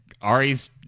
ari's